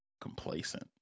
complacent